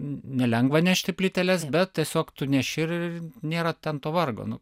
nelengva nešti plyteles bet tiesiog tu neši ir nėra ten to vargo nu